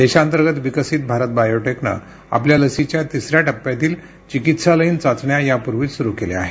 देशांतर्गत विकसित भारत बायोटेकने आपल्या लसीच्या तिसऱ्या टप्प्यातील चिकित्सालयीन चाचण्या यापूर्वीच सुरु केल्या आहेत